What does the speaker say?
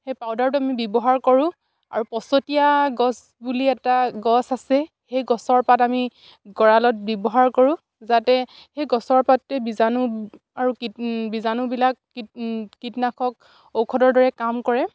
সেই পাউদাৰটো আমি ব্যৱহাৰ কৰোঁ আৰু পচতীয়া গছ বুলি এটা গছ আছে সেই গছৰ পাত আমি গঁৰালত ব্যৱহাৰ কৰোঁ যাতে সেই গছৰ পাতেটোৱে বীজাণু আৰু বীজাণুবিলাক কীটনাশক ঔষধৰ দৰে কাম কৰে